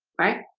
right,